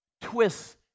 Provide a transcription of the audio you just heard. twists